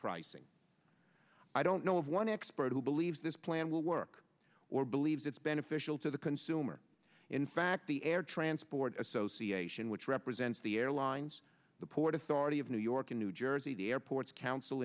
pricing i don't know of one expert who believes this plan will work or believes it's beneficial to the consumer in fact the air transport association which represents the airlines the port authority of new york and new jersey the airports council